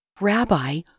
Rabbi